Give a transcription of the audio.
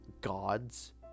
gods